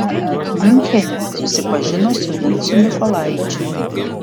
miunchene susipažino su vincu mykolaičiu